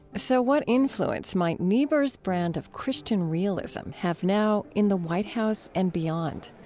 so what influence might niebuhr's brand of christian realism have now in the white house and beyond?